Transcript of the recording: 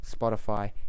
Spotify